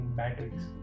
batteries